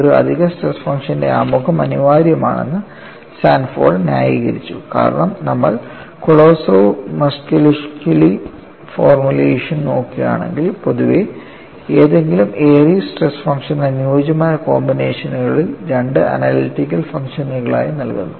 ഒരു അധിക സ്ട്രെസ് ഫംഗ്ഷന്റെ ആമുഖം അനിവാര്യമാണെന്ന് സാൻഫോർഡ് ന്യായീകരിച്ചു കാരണം നമ്മൾ കൊളോസോവ് മസ്കെലിഷ്വിലി ഫോർമുലേഷൻ നോക്കുകയാണെങ്കിൽ പൊതുവേ ഏതെങ്കിലും എയറിസ് സ്ട്രെസ് ഫംഗ്ഷൻ അനുയോജ്യമായ കോമ്പിനേഷനുകളിൽ രണ്ട് അനലിറ്റിക്കൽ ഫംഗ്ഷനുകളായി നൽകുന്നു